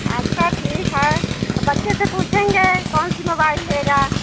अच्छा ठीक है बच्चे से पूछेंगे कौन सी मोबाइल लेगा